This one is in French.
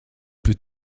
plus